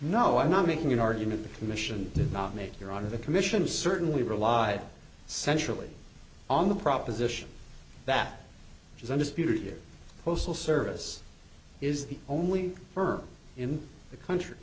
no i'm not making an argument the commission did not make your honor the commission certainly relied centrally on the proposition that was undisputed postal service is the only firm in the country